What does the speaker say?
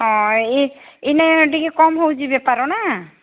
ହଁ ଏଇ ଏଇନା ଟିକେ କମ୍ ହେଉଛି ବେପାର ନା